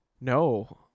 No